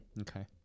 Okay